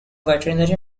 veterinary